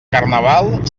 carnaval